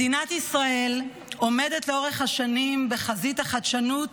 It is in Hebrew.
מדינת ישראל עומדת לאורך השנים בחזית החדשנות